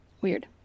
Weird